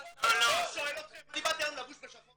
לא -- לא שואל אתכם! אני באתי היום לבוש בשחור,